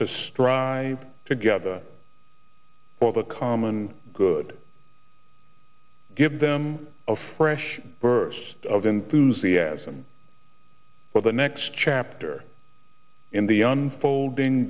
to strive together for the common good give them a fresh burst of enthusiasm for the next chapter in the unfolding